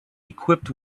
equipped